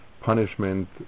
punishment